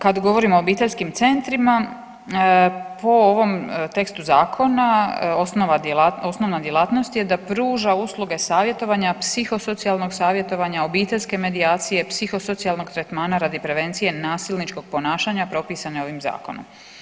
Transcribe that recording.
Kad govorim o obiteljskim centrima po ovom tekstu zakona osnovna djelatnost je da pruža usluge savjetovanja, psiho socijalnog savjetovanja, obiteljske medijacije, psiho socijalnog tretmana radi prevencije nasilničkog ponašanja propisane ovim zakonom.